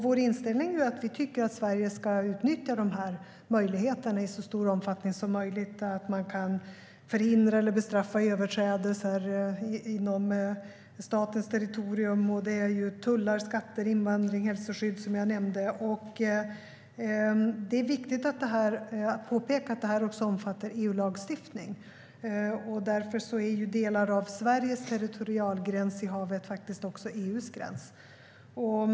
Vår inställning är att vi tycker att Sverige ska utnyttja möjligheterna att i så stor omfattning som möjligt förhindra eller bestraffa överträdelser inom statens territorium. Det är fråga om tullar, skatter, invandring och hälsoskydd. Precis som jag har påpekat är det viktigt att frågan också omfattar EU-lagstiftning. Delar av Sveriges territorialgräns i havet är faktiskt också EU:s gräns.